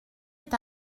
est